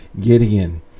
Gideon